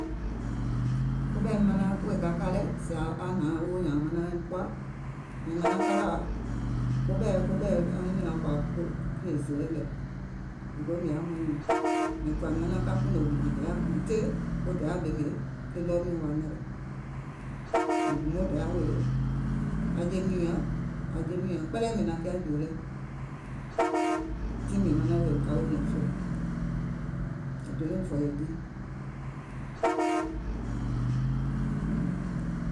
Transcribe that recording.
Ko ɓɛ̀iìm manaŋ ka ka lɛ̀, sèè aŋ hnȧŋ aŋ woò nyààŋ aŋ manaŋ aim koà, mìŋ manaŋ ka kà ko ɓɛ̀i ko ɓɛ̀i anyùùŋ nyaŋ kɔ̀à kèè zɛ̀yɛɛ̀ lɛ, because mìŋ yaà mɔìŋ nyuuŋ. Mìŋ kɔ̀à manaŋ kà nɔ̀ɔ̀ŋ hùmìè Dayà until wo Dayà ɓèmè ke ɗɔɔ miɛ̀ŋ wa nàwèè. Mìŋ humo Dayà wèè aŋ jeim nyùùŋ nyaŋ, aŋ jeim nyùùŋ kpɛlɛɛ mìŋ naŋ kià jòò lɛ. Tiŋ mìŋ manaŋ wèè ka weè nɔ̀ŋ sùà, è donàìm fɔ̀ɔ̀yɛ̀ jii.